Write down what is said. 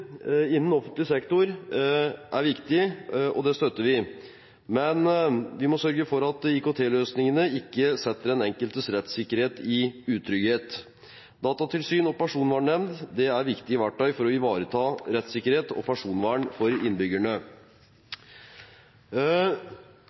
innen offentlig sektor er viktig, og det støtter vi. Men vi må sørge for at IKT-løsningene ikke setter den enkeltes rettssikkerhet i utrygghet. Datatilsynet og Personvernnemnda er viktige verktøy for å ivareta rettssikkerhet og personvern for innbyggerne.